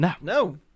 No